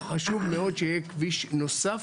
חשוב לנו מאוד שיהיה כביש נוסף.